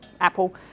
Apple